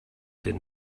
den